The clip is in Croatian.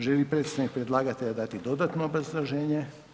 Želi li predstavnik predlagatelja dati dodatno obrazloženje?